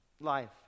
Life